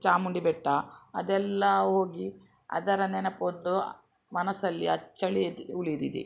ಚಾಮುಂಡಿ ಬೆಟ್ಟ ಅದೆಲ್ಲ ಹೋಗಿ ಅದರ ನೆನಪೊಂದು ಮನಸಲ್ಲಿ ಅಚ್ಚಳಿಯದೆ ಉಳಿದಿದೆ